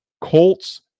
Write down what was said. Colts